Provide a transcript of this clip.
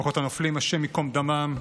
משפחות הנופלים, השם ייקום דמם.